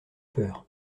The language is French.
peur